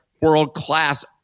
world-class